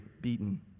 beaten